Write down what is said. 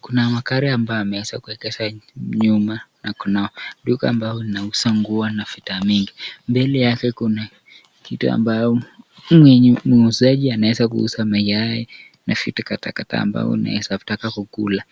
Kuna magari ambayo yameweza kuegeshwa nyuma na kuna duka ambalo linauzwa nguo na bidhaa mingi , mbele yake kuna kitu ambayo yenye muuzaji anaweza kuuza mayai na vitu kadhaa kadhaa ambao unawezataka kukula